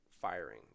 firing